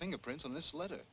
fingerprints on this letter